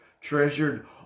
treasured